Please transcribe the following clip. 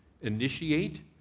Initiate